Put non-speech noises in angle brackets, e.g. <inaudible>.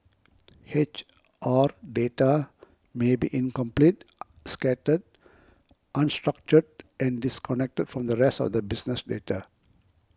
H R data may be incomplete <noise> scattered unstructured and disconnected from the rest of the business data